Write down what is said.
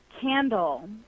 candle